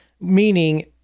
meaning